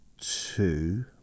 two